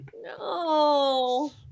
No